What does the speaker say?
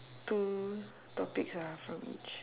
two topics ah from each